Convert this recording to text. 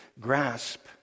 grasp